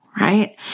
right